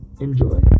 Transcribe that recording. enjoy